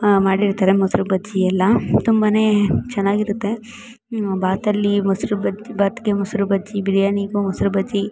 ಮಾಡಿರ್ತಾರೆ ಮೊಸರು ಬಜ್ಜಿ ಎಲ್ಲ ತುಂಬಾ ಚೆನ್ನಾಗಿರುತ್ತೆ ಬಾತಲ್ಲಿ ಮೊಸರು ಬಜ್ಜಿ ಬಾತಿಗೆ ಮೊಸರು ಬಜ್ಜಿ ಬಿರಿಯಾನಿಗು ಮೊಸರು ಬಜ್ಜಿ